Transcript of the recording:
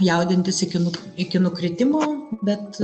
jaudintis iki nu iki nukritimo bet